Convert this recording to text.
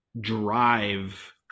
drive